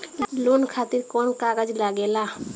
Loan खातिर कौन कागज लागेला?